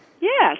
Yes